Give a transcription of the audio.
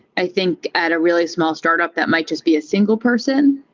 i think at a really small startup, that might just be a single person.